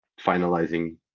finalizing